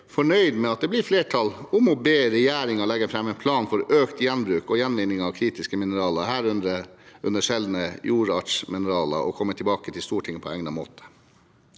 fornøyd med at det blir flertall for å be regjeringen legge fram en plan for økt gjenbruk og gjenvinning av kritiske mineraler, herunder sjeldne jordartsmineraler, og komme tilbake til Stortinget på egnet måte.